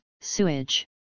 sewage